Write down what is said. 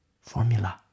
formula